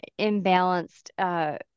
imbalanced